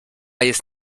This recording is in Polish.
jest